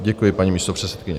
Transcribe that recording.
Děkuji, paní místopředsedkyně.